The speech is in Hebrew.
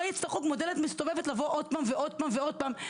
יצטרכו כמו בדלת מסתובבת לבוא עוד פעם ועוד הפעם ולהגיע